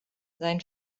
sein